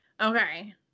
Okay